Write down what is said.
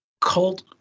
cult